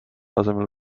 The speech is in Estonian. asemel